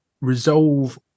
resolve